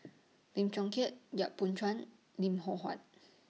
Lim Chong Keat Yap Boon Chuan Lim Loh Huat